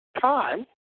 time